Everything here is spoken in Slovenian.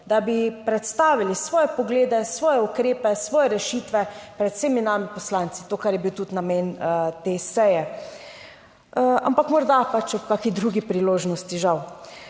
da bi predstavili svoje poglede, svoje ukrepe, svoje rešitve pred vsemi nami poslanci, to kar je bil tudi namen te seje. Ampak morda pač ob kakšni drugi priložnosti, žal.